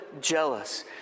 jealous